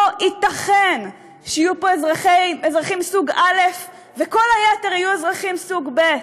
לא ייתכן שיהיו פה אזרחים סוג א' וכל היתר יהיו אזרחים סוג ב'.